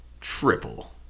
Triple